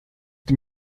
dem